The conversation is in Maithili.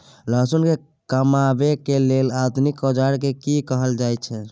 लहसुन के कमाबै के लेल आधुनिक औजार के कि कहल जाय छै?